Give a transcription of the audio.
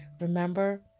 Remember